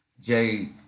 Jay